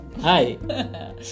Hi